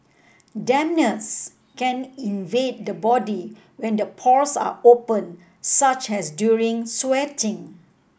dampness can invade the body when the pores are open such as during sweating